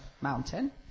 mountain